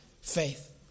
faith